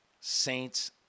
Saints